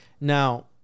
Now